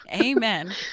Amen